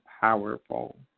powerful